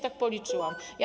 Tak policzyłam.